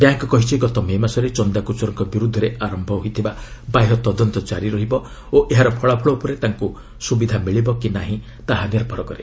bank କହିଛି ଗତ May ମାସରେ ଚନ୍ଦା କୋଚରଙ୍କ ବିରୁଦ୍ଧରେ ଆରମ୍ଭ ହୋଇଥିବା ବାହ୍ୟ ତଦନ୍ତ ଜାରି ରହିବ ଓ ଏହାର ଫଳାଫଳ ଉପରେ ତାଙ୍କୁ ସୁବିଧା ମିଳିବ କି ନାହିଁ ତାହା ନିର୍ଭର କରେ